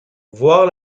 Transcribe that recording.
voir